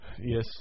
Yes